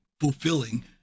fulfilling